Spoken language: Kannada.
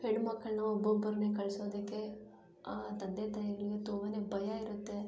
ಹೆಣ್ಮಕ್ಕಳನ್ನ ಒಬ್ಬೊಬ್ರನ್ನೇ ಕಳಿಸೋದಕ್ಕೆ ಆ ತಂದೆ ತಾಯಿಗಳಿಗೆ ತುಂಬನೇ ಭಯ ಇರುತ್ತೆ